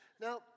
Now